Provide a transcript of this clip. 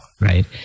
right